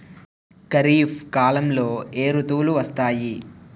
ఖరిఫ్ కాలంలో ఏ ఋతువులు వస్తాయి?